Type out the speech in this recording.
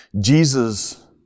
Jesus